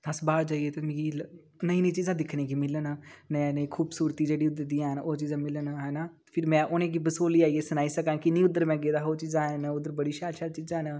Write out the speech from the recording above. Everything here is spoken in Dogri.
अस बाहर जाइयै ते मिगी नई नई चीजां दिक्खने गी मिलन नयी नयी खूबसूरती जेह्ड़ी उद्धर दियां हैन ओह् चीजां मिलन है ना फिर में उ'नेंगी बसोली आइयां सनाई सकां कि उद्धर में गेदा हा ओह् चीज हैन बड़ी शैल शैल चीजां न